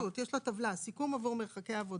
לא שרטוט, יש את הטבלה, סיכום עבור מרחקי עבודה.